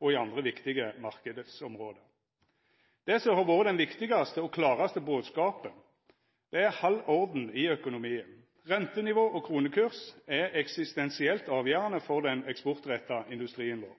og i andre viktige marknadsområde. Det som har vore den viktigaste og klaraste bodskapen, er: Hald orden i økonomien. Rentenivå og kronekurs er eksistensielt avgjerande for den eksportretta industrien vår.